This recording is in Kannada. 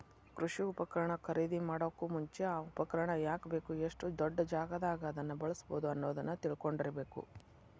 ಕೃಷಿ ಉಪಕರಣ ಖರೇದಿಮಾಡೋಕು ಮುಂಚೆ, ಆ ಉಪಕರಣ ಯಾಕ ಬೇಕು, ಎಷ್ಟು ದೊಡ್ಡಜಾಗಾದಾಗ ಅದನ್ನ ಬಳ್ಸಬೋದು ಅನ್ನೋದನ್ನ ತಿಳ್ಕೊಂಡಿರಬೇಕು